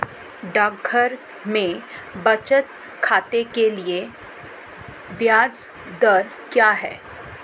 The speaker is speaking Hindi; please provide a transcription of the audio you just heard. डाकघरों में बचत खाते के लिए ब्याज दर क्या है?